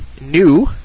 new